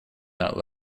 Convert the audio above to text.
that